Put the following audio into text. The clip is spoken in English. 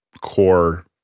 core